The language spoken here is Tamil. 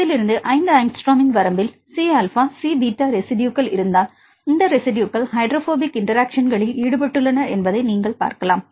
இதிலிருந்து 5 ஆங்ஸ்ட்ரோமின் வரம்பில் சி ஆல்பா சி பீட்டா ரெஸிட்யுகள் இருந்தால் இந்த ரெஸிட்யுகள் ஹைட்ரோபோபிக் இன்டெராக்ஷன்களில் ஈடுபட்டுள்ளன என்பதை நீங்கள் பார்க்கலாம்